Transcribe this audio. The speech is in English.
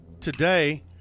today